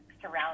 surround